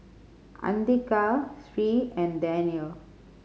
Andika Sri and Danial